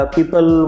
People